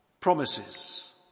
Promises